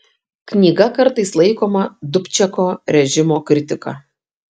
knyga kartais laikoma dubčeko režimo kritika